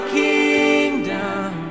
kingdom